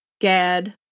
Gad